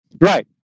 Right